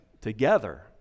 together